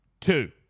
two